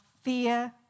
fear